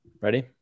Ready